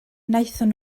gwnaethon